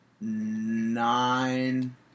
nine